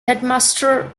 headmaster